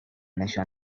نشان